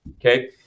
okay